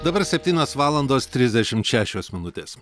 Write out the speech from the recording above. dabar septynios valandos trisdešimt šešios minutės